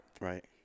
Right